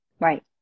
Right